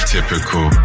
Typical